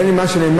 בין מה שנאמר,